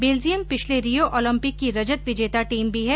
Belgium पिछले Rio Olympic की रजत विजेता टीम भी है